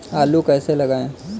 आलू कैसे लगाएँ?